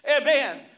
amen